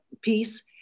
piece